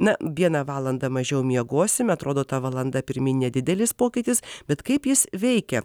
na vieną valandą mažiau miegosime atrodo ta valanda pirmyn nedidelis pokytis bet kaip jis veikia